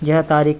यह तारीख